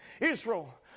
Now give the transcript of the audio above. Israel